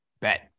Bet